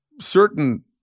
certain